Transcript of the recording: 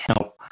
help